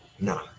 no